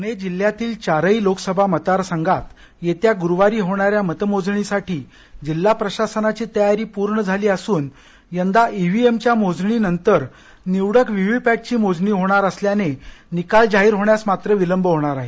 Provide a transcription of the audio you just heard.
प्णे जिल्ह्यातील चारही लोकसभा मतदार संघातील येत्या गुरुवारी होणाऱ्या मतमोजणीसाठी जिल्हा प्रशासनाची तयारी पूर्ण झाली असुन यंदा ईव्हीएमच्या मोजणीनंतर निवडक व्हीव्ही पॅटची मोजणी होणार असल्यानं निकाल जाहीर होण्यास मात्र विलंब होणार आहे